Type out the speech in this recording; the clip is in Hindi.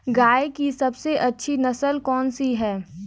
गाय की सबसे अच्छी नस्ल कौनसी है?